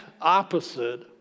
opposite